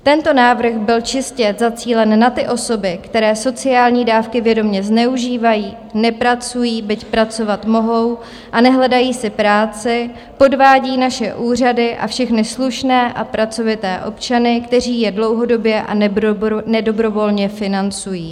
Tento návrh byl čistě zacílen na ty osoby, které sociální dávky vědomě zneužívají, nepracují, byť pracovat mohou, a nehledají si práci, podvádějí naše úřady a všechny slušné a pracovité občany, kteří je dlouhodobě a nedobrovolně financují.